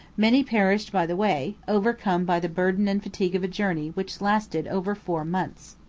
many perished by the way, overcome by the burden and fatigue of a journey which lasted over four months.